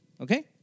Okay